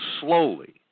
slowly